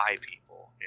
people